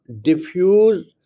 diffuse